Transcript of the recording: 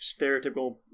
stereotypical